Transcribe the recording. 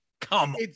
come